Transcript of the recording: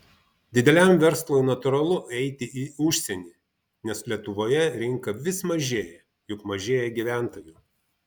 dideliam verslui natūralu eiti į užsienį nes lietuvoje rinka vis mažėja juk mažėja gyventojų